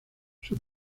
sus